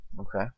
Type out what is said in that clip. Okay